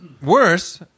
Worse